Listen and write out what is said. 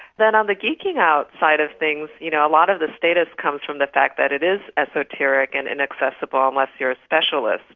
then on the geeking out side of things, you know a lot of the status comes from the fact that it is esoteric and inaccessible unless you're a specialist.